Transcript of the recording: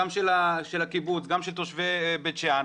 גם של הקיבוץ וגם של תושבי בית שאן,